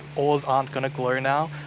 oars aren't going to glow now.